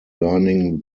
learning